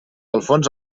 alfons